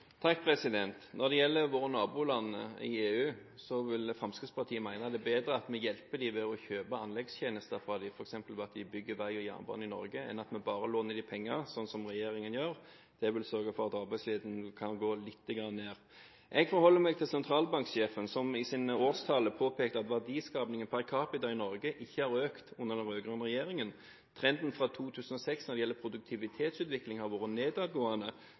Når det gjelder våre naboland i EU, vil Fremskrittspartiet mene det er bedre at vi hjelper dem ved å kjøpe anleggstjenester av dem, f.eks. ved at de bygger vei og jernbane i Norge, enn at vi bare låner dem penger, slik regjeringen gjør. Det vil sørge for at arbeidsledigheten kan gå lite grann ned. Jeg forholder meg til sentralbanksjefen, som i sin årstale påpekte at verdiskapningen per capita i Norge ikke har økt under den rød-grønne regjeringen. Trenden fra 2006 når det gjelder produktivitetsutvikling, har vært nedadgående,